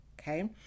okay